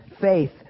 faith